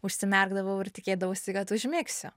užsimerkdavau ir tikėdavausi kad užmigsiu